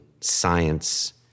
science